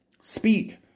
speak